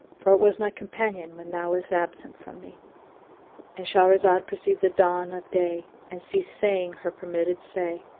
for it was my companion when thou was absent from me and shahrazad perceived the dawn of day and ceased saying her permitted say.